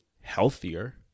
healthier